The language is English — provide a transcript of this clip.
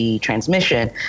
transmission